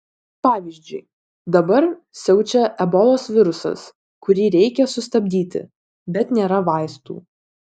pavyzdžiui dabar siaučia ebolos virusas kurį reikia sustabdyti bet nėra vaistų